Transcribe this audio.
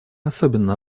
особенно